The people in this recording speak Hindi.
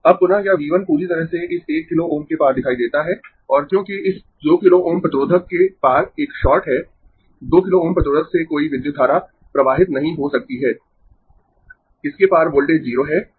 अब पुनः यह V 1 पूरी तरह से इस 1 किलो Ω के पार दिखाई देता है और क्योंकि इस 2 किलो Ω प्रतिरोधक के पार एक शॉर्ट है 2 किलो Ω प्रतिरोधक से कोई विद्युत धारा प्रवाहित नहीं हो सकती है इसके पार वोल्टेज 0 है